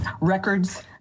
Records